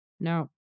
no